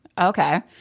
Okay